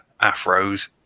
afros